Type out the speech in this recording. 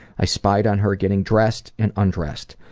i spied on her getting dressed and undressed.